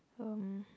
um